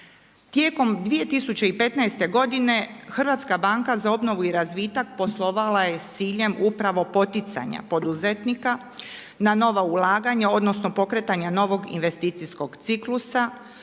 Tijekom 2015. godine HBOR poslovala je s ciljem upravo poticanja poduzetnika na nova ulaganja odnosno pokretanja novog investicijskog ciklusa,